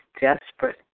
desperate